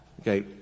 okay